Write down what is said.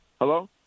Hello